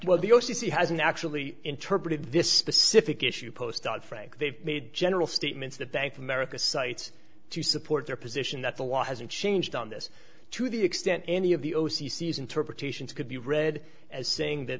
c hasn't actually interpreted this specific issue post doc frank they've made general statements that they think america cites to support their position that the law hasn't changed on this to the extent any of the o c c is interpretations could be read as saying that